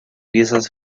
piezas